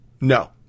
no